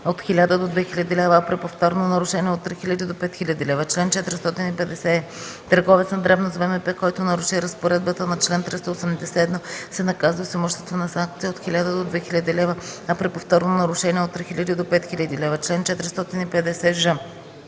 от 1000 до 2000 лв., а при повторно нарушение – от 3000 до 5000 лв. Чл. 450е. Търговец на дребно с ВМП, който наруши разпоредбата на чл. 381, се наказва с имуществена санкция от 1000 до 2000 лв., а при повторно нарушение – от 3000 до 5000 лв. Чл. 450ж.